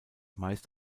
meist